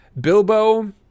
Bilbo